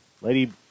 Lady